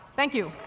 thank you.